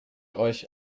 euch